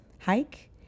hike